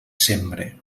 sembre